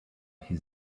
his